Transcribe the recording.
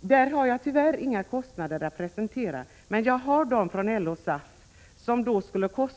Jag har tyvärr inga kostnader att presentera för dem, men jag har kostnaderna för de LO och SAF-anställda. De skulle år